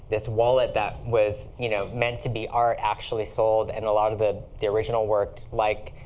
this wallet that was you know meant to be art, actually sold. and a lot of the the original work, like,